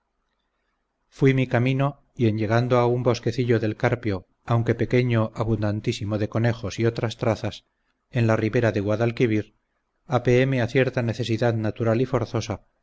fuí mi camino y en llegando a un bosquecillo del carpio aunque pequeño abundantísimo de conejos y otras trazas en la ribera de guadalquivir apeéme a cierta necesidad natural y forzosa